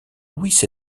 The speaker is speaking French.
luis